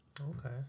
Okay